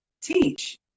teach